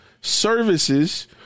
services